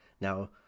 Now